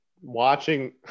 Watching